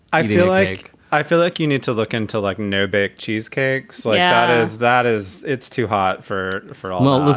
i feel like i feel like you need to look until, like, no bake cheesecake. so yeah that is that is it's too hot for for. um well, listen,